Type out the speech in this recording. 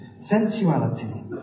sensuality